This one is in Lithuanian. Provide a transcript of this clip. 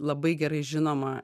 labai gerai žinoma